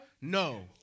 No